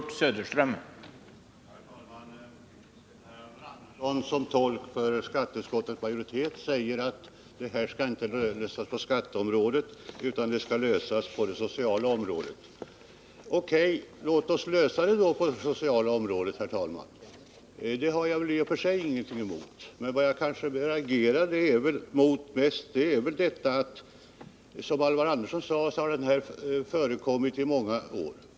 Herr talman! Alvar Andersson säger som talesman för skatteutskottets majoritet att detta problem inte skall lösas på skatteområdet utan på det sociala området. Ja, låt oss då lösa det på det sociala området, herr talman! Det har jag i och för sig ingenting emot. Vad jag mest reagerade emot i Alvar Anderssons anförande var hänvisningen till att detta motionsyrkande har debatterats i många år.